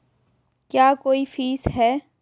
क्या कोई फीस है?